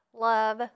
Love